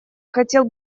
хотел